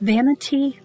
Vanity